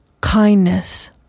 kindness